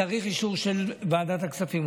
צריך אישור של ועדת הכספים,